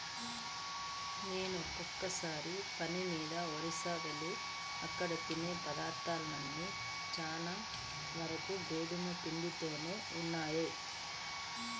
నేనొకసారి పని మీద ఒరిస్సాకెళ్తే అక్కడ తినే పదార్థాలన్నీ చానా వరకు గోధుమ పిండితోనే ఉన్నయ్